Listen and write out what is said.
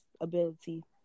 ability